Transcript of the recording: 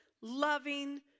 loving